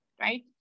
right